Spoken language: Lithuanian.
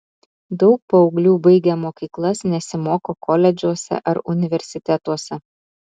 daug paauglių baigę mokyklas nesimoko koledžuose ar universitetuose